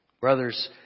Brothers